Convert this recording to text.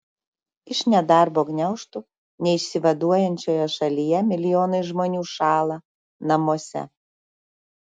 iš nedarbo gniaužtų neišsivaduojančioje šalyje milijonai žmonių šąla namuose